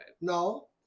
No